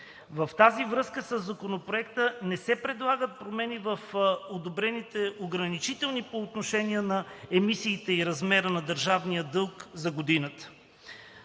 В тази връзка със Законопроекта не се предлагат промени в одобрените ограничители по отношение на емисиите и размера на държавния дълг за годината.